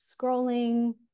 scrolling